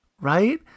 right